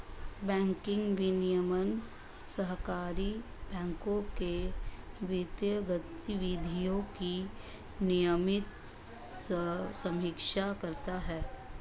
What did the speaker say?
banking विनियमन सहकारी बैंकों के वित्तीय गतिविधियों की नियमित समीक्षा करता है